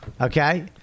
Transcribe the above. Okay